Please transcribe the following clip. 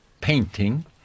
painting